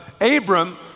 Abram